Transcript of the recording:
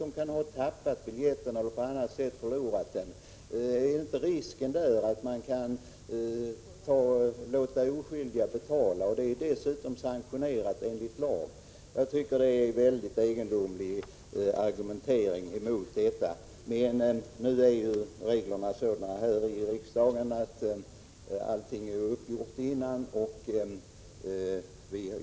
De kan ha tappat biljetten eller på annat sätt ha förlorat den. Är det inte risk för att man i det sammanhanget kan tvinga oskyldiga att betala? Gällande ordning på detta område är dessutom sanktionerad i lag. Den argumentering som anförs är mycket egendomlig. Gången i riksdagsarbetet är dock sådan att allt är avgjort redan före debatten.